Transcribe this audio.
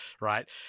right